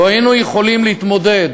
לו היינו יכולים להתמודד